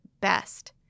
best